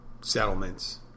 settlements